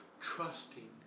Trusting